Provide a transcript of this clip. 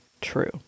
true